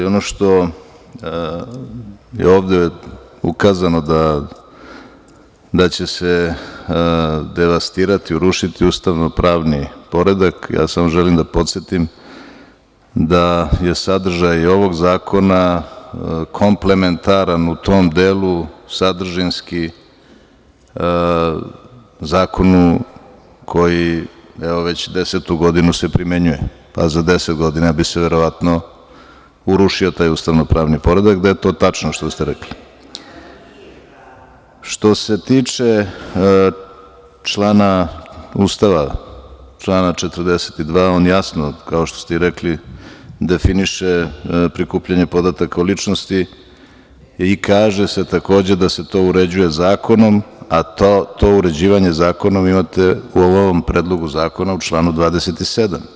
Ono što je ovde ukazano da će se devastirati, urušiti ustavno-pravni poredak, ja samo želim da podsetim da je sadržaj ovog zakona komplementaran u tom delu sadržinski, zakonu koji evo već desetu godinu se primenjuje, a za 10 godina bi se verovatno urušio taj ustavno-pravni poredak, da je to tačno što ste rekli. (Vjerica Radeta: Zar nije, Branko?) Što se tiče člana Ustava, člana 42, on jasno, kao što ste i rekli, definiše prikupljanje podataka o ličnosti i kaže se takođe da se to uređuje zakonom, a to uređivanje zakonom imate u ovom Predlogu zakona u članu 27.